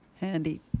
Handy